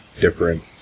different